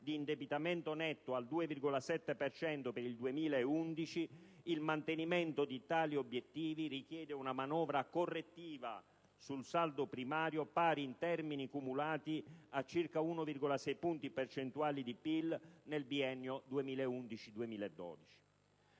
di indebitamento netto al 2,7 per cento per il 2011, il mantenimento di tali obiettivi richiede una manovra correttiva sul saldo primario pari, in termini cumulati, a circa 1,6 punti percentuali di PIL nel biennio 2011-2012.